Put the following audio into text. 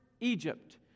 Egypt